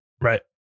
Right